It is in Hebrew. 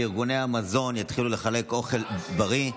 שארגוני המזון יתחילו לחלק אוכל בריא,